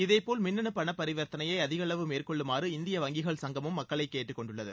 இதேபோல் மின்னனு பரிவர்த்தனையை அதிக அளவு மேற்கொள்ளுமாறு இந்திய வங்கிகள் சங்கமும் மக்களை கேட்டுக்கொண்டுள்ளது